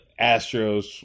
Astros